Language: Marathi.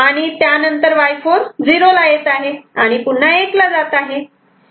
आणि त्यानंतर इथे Y4 '0' ला येत आहे आणि पुन्हा '1' ला जात आहे